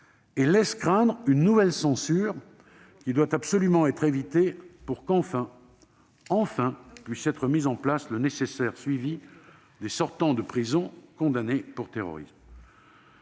laissent craindre une nouvelle censure, qui doit absolument être évitée pour qu'enfin puisse être mis en place le nécessaire suivi des sortants de prison condamnés pour terrorisme.